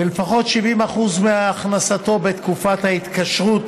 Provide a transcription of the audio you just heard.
ושלפחות 70% מהכנסתו בתקופת ההתקשרות